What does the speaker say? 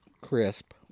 crisp